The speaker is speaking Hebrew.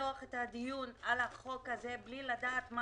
לפתוח את הדיון על החוק הזה בלי לדעת מה